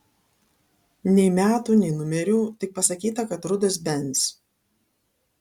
nei metų nei numerių tik pasakyta kad rudas benz